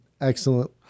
excellent